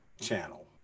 channel